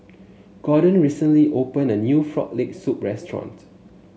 Gordon recently opened a new Frog Leg Soup restaurant